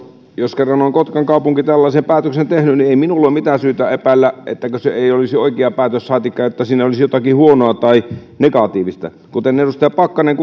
jos kerran on kotkan kaupunki tällaisen päätöksen tehnyt niin ei minulla ole mitään syytä epäillä etteikö se olisi oikea päätös saatika että siinä olisi jotain huonoa tai negatiivista kuten edustaja pakkanen